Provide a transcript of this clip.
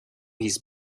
his